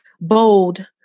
bold